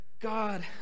God